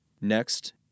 Next